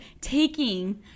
taking